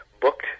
booked